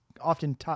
often